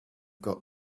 got